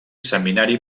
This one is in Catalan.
seminari